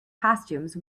costumes